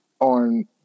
on